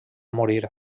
morir